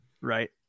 Right